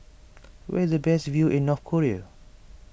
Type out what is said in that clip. where is the best view in North Korea